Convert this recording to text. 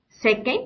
Second